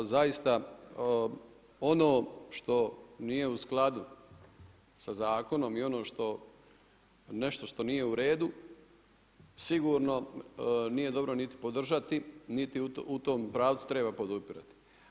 Zaista ono što nije u skladu sa zakonom i nešto što nije u redu, sigurno nije dobro niti podržati, niti u tom pravcu treba podupirati.